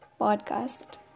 podcast